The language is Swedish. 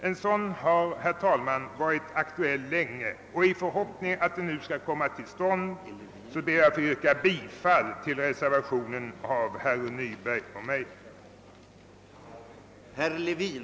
En sådan har, herr talman, varit aktuell länge, och i förhoppning om att den nu skall komma till stånd ber jag att få yrka bifall till reservationen av herr Nyberg och mig.